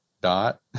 dot